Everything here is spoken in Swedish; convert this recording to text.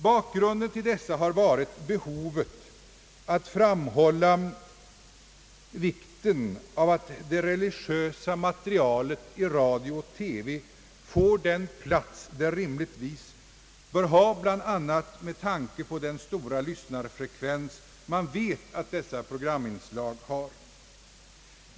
Motionärernas syfte har varit att framhålla vikten av att det religiösa materialet i radio och TV får den plats det rimligtvis bör ha, bl.a. med tanke på den stora lyssnarfrekvens man vet att dessa programinslag har.